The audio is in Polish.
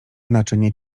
naczynie